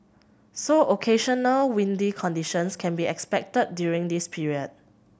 so occasional windy conditions can be expected during this period